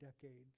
decades